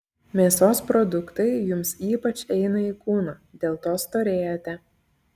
mėsos produktai jums ypač eina į kūną dėl to storėjate